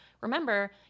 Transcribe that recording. remember